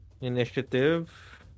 Initiative